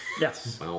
Yes